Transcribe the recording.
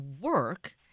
work